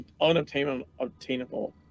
unobtainable